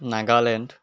Nagaland